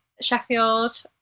Sheffield